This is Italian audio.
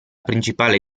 principale